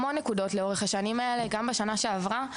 המון נקודות לאורך השנים האלה, גם בשנה שעברה,